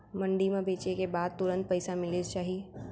मंडी म बेचे के बाद तुरंत पइसा मिलिस जाही?